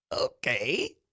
Okay